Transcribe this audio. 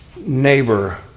Neighbor